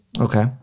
Okay